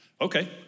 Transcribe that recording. Okay